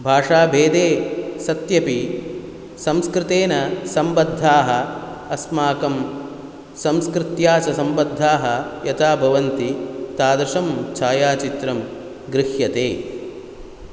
भाषाभेदे सत्यपि संस्कृतेन सम्बद्धाः अस्माकं संस्कृत्या च सम्बद्धाः यथा भवन्ति तादृशं छायाचित्रं गृह्यते